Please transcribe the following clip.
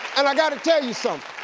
and i gotta tell you so